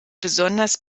besonders